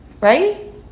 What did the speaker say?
Right